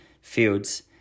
fields